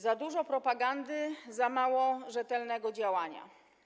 Za dużo propagandy, za mało rzetelnego działania.